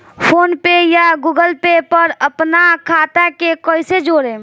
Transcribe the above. PhonePe या Google Pay पर अपना खाता के कईसे जोड़म?